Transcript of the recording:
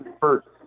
first